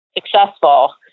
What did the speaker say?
successful